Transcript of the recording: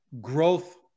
growth